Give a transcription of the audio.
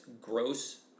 gross